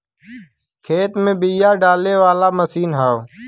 खेत में बिया डाले वाला मशीन हौ